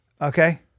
Okay